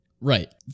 Right